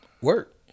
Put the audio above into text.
Work